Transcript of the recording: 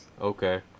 Okay